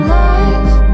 life